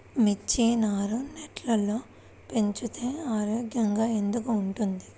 మిర్చి నారు నెట్లో పెంచితే ఆరోగ్యంగా ఎందుకు ఉంటుంది?